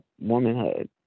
womanhood